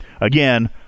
Again